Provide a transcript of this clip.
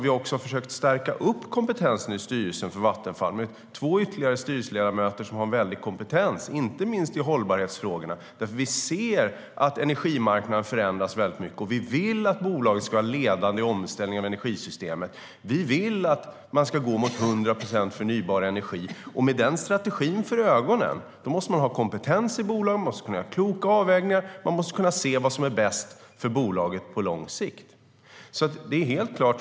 Vi har försökt att stärka kompetensen i styrelsen för Vattenfall med två ytterligare styrelseledamöter som har en väldig kompetens inte minst i hållbarhetsfrågorna. Vi ser att energimarknaden har förändrats väldigt mycket. Vi vill att bolaget ska vara ledande i omställningen av energisystemet. Vi vill att man ska gå mot 100 procent förnybar energi. Med den strategin för ögonen måste man ha kompetens i bolaget, kunna göra kloka avvägningar och kunna se vad som är bäst för bolaget på lång sikt.